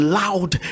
loud